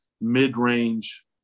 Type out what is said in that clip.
mid-range